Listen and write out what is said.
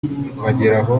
bageraho